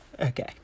Okay